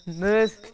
نہٕ حظ